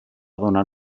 donar